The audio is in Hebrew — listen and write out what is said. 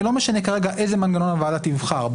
ולא משנה כרגע איזה מנגנון הוועדה תבחר,